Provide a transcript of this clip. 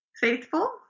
faithful